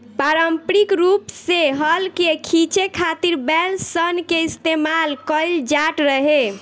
पारम्परिक रूप से हल के खीचे खातिर बैल सन के इस्तेमाल कईल जाट रहे